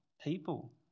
people